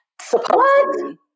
supposedly